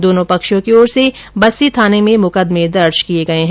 दोनो पक्षों की ओर से बस्सी थाने में मुकदमे दर्ज किये गये है